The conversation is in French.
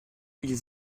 ils